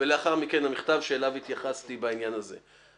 ולאחר מכן המכתב שאליו התייחסתי בעניין הזה.